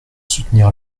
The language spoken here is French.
soutenir